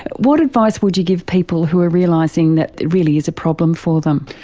what advice would you give people who are realising that it really is a problem for them?